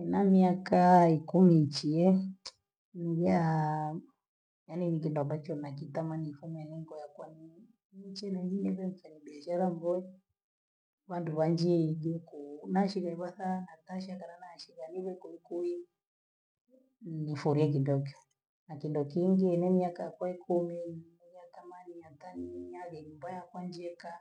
Emani akaa ekuminchie nivyahaa yaani ni kitu ambacho nakitamani nifanye niko yakua mimi nimchi nalieleki, chana biashara ambayo vandu vanjii jukuu, nashile vesaa natansha ngala nashiba nijekulikuu, nifolieji dokiyo na kindo kingia eneaka kokuye eliakama ni miatani nalemba kwa njieka,